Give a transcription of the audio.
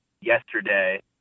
yesterday